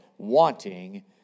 Wanting